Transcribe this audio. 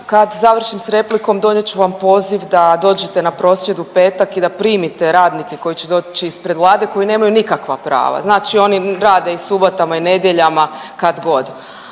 kad završim s replikom donijet ću vam poziv da dođete na prosvjed u petak i da primite radnike koji će doći ispred Vlade koji nemaju nikakva prava. Znači oni rade i subotama i nedjeljama kad god,